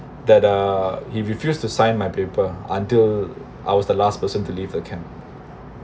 that uh he refused to sign my paper until I was the last person to leave the camp